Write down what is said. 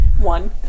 One